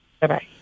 Bye-bye